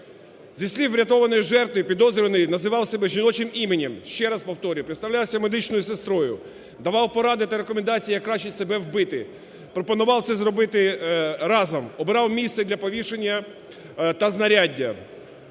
Зі слів врятованої жертви, підозрюваний називав себе жіночим іменем, ще раз повторюю, представлявся медичною сестрою, давав поради та рекомендації, як краще себе вбити, пропонував це зробити разом, обирав місце для повішання та знаряддя